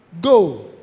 Go